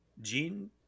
Gene